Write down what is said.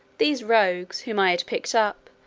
these rogues, whom i had picked up,